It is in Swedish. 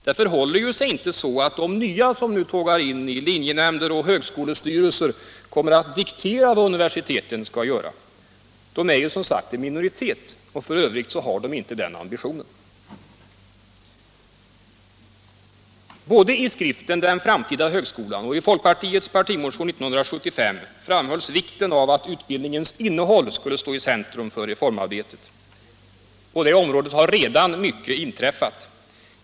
Det förhåller sig ju inte så, att de nya som tågar in i linjenämnder och högskolestyrelser kommer att diktera vad universiteten skall göra. De är ju som sagt i minoritet, och f.ö. har de inte den ambitionen. Både i skriften Den framtida högskolan och i folkpartiets partimotion 1975 framhålls vikten av att utbildningens innehåll skulle stå i centrum för reformarbetet. På det området har redan mycket inträffat.